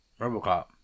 Robocop